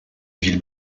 ville